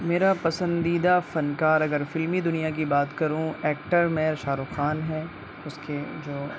میرا پسندیدہ فنکار اگر فلمی دنیا کی بات کروں ایکٹر میں شاہ رخ خان ہے اس کے جو